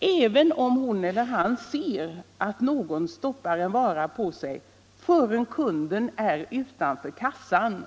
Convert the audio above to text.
även om hon eller han ser att någon stoppar en vara på sig, förrän kunden är utanför kassan.